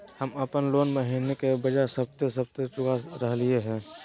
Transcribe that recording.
हम अप्पन लोन महीने के बजाय सप्ताहे सप्ताह चुका रहलिओ हें